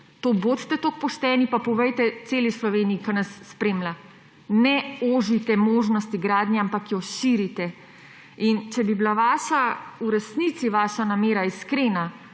Bodite toliko pošteni in povejte to celi Sloveniji, ki nas spremlja. Ne ožite možnosti gradnje, ampak jo širite. Če bi bila v resnici vaša namera iskrena,